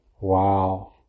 Wow